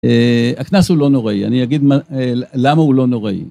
הקנס הוא לא נוראי, אני אגיד למה הוא לא נוראי,